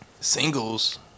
singles